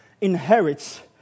inherits